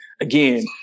again